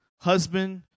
husband